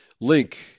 link